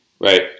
Right